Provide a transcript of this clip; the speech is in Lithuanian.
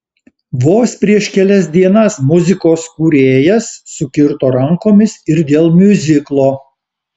vos prieš kelias dienas muzikos kūrėjas sukirto rankomis ir dėl miuziklo